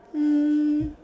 um